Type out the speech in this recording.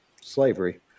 slavery